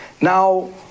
Now